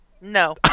No